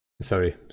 Sorry